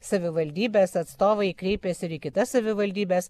savivaldybės atstovai kreipėsi ir į kitas savivaldybes